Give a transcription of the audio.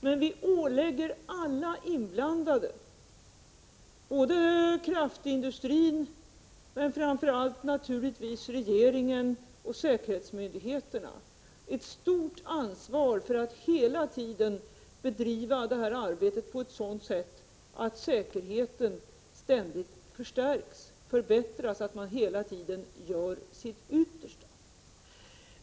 Men vi ålägger alla inblandade — kraftindustrin, men framför allt naturligtvis regeringen och säkerhetsmyndigheterna — ett stort ansvar för att hela tiden bedriva det här arbetet på ett sådant sätt att säkerheten ständigt förstärks och förbättras, att man hela tiden gör sitt yttersta.